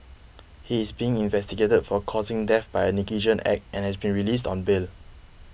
he is being investigated for causing death by a negligent act and has been released on bail